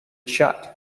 shut